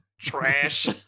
trash